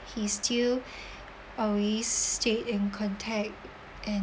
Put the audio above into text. he still always stay in contact and